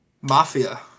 Mafia